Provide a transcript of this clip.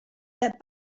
that